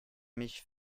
mich